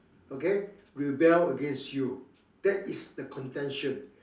okay rebel against you that is the contention